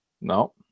No